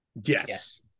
Yes